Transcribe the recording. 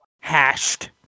hashed